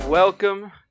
Welcome